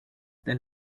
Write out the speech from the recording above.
del